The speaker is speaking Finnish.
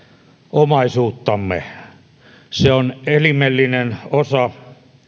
omaisuuttamme se on elimellinen osa